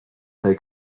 they